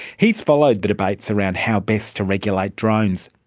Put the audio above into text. he has followed the debates around how best to regulate drones.